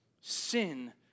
sin